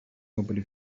nobody